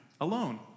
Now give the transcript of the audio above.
Alone